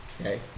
Okay